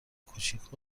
کوچیک